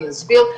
אני אסביר,